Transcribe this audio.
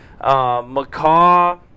Macaw